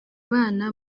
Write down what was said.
bana